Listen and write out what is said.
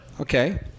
Okay